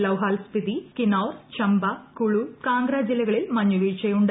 ലാഹൌൽ സ്പിതി കിനൌർ ചമ്പ കുളു കാൺഗ്ര ജില്ലകളിൽ മഞ്ഞുവീഴ്ചയുണ്ട്